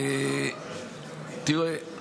תראה,